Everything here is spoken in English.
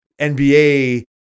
NBA